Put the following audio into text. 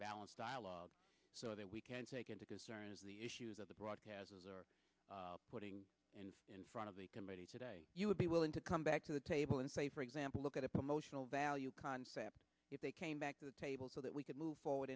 balanced dialogue so that we can take into concerns the issues that the broadcasters are putting in front of the committee today you would be willing to come back to the table and say for example look at a promotional value concept if they came back to the table so that we could move forward